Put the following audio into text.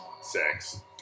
Sex